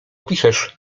piszesz